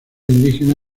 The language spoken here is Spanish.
indígena